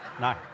No